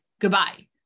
goodbye